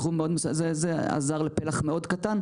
בסכום מאוד מסוים זה עזר לפלח מאוד קטן.